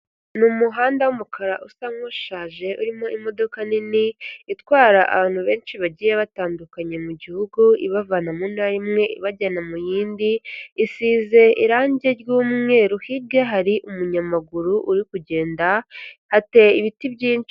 Ni umuhanda wumukara usa nkushaje urimo imodoka nini, itwara abantu benshi bagiye batandukanye mu gihugu, ibavana mu ntara imwe ibajyana mu yindi, isize irangi ry'umweru hige hari umunyamaguru uri kugenda, hatera ibiti byinshi.